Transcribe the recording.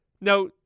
Now